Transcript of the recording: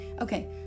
Okay